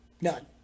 None